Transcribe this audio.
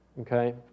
okay